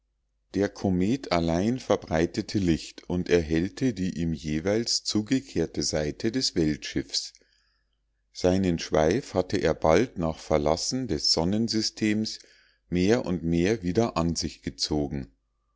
der komet allein verbreitete licht und erhellte die ihm jeweils zugekehrte seite des weltschiffs seinen schweif hatte er bald nach verlassen des sonnensystems mehr und mehr wieder an sich gezogen